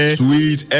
sweet